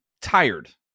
tired